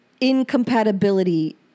incompatibility